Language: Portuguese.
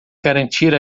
garantir